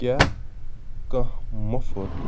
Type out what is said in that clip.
کیٛاہ کانٛہہ مُفُت